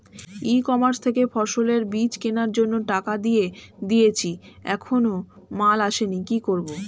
ই commerce থেকে ফসলের বীজ কেনার জন্য টাকা দিয়ে দিয়েছি এখনো মাল আসেনি কি করব?